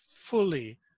fully